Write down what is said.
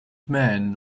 man